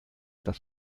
das